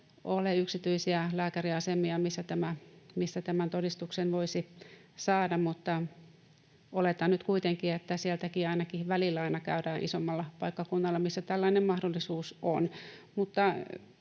ole yksityisiä lääkäriasemia, mistä tämän todistuksen voisi saada. Oletan nyt kuitenkin, että sieltäkin ainakin välillä aina käydään isommalla paikkakunnalla, missä tällainen mahdollisuus on.